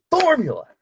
formula